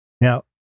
Now